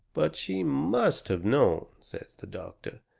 but she must have known, says the doctor,